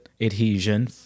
adhesion